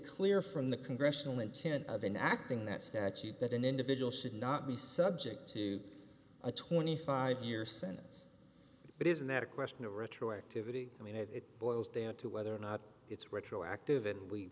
clear from the congressional intent of enacting that statute that an individual should not be subject to a twenty five year sentence but isn't that a question of retroactivity i mean if it boils down to whether or not it's retroactive and we